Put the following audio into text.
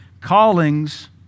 callings